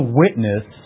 witness